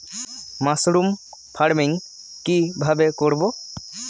Mushroom farming কি ভাবে করব?